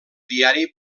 diari